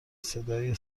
صدای